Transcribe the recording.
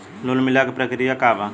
Loan मिलेला के प्रक्रिया का बा?